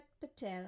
Patel